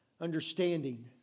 understanding